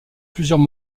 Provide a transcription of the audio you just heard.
plusieurs